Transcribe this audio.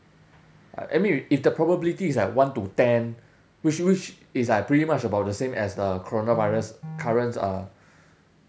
uh I mean if the probability is like one to ten which which is like pretty much about the same as the coronavirus current uh